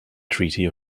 treaty